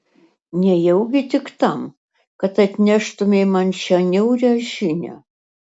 nejaugi tik tam kad atneštumei man šią niaurią žinią